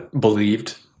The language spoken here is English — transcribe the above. believed